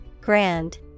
Grand